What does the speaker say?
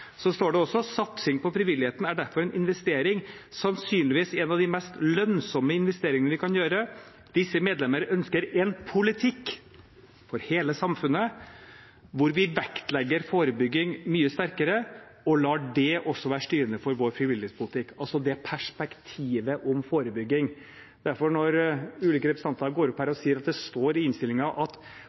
Så står det også: «Satsing på frivilligheten er derfor en investering, sannsynligvis en av de mest lønnsomme investeringene vi kan gjøre. Disse medlemmer ønsker en politikk hvor vi vektlegger forebygging mye sterkere, og lar det også være styrende for vår frivillighetspolitikk.» Det er altså perspektivet om forebygging. Når ulike representanter går opp her og sier at det står i innstillingen at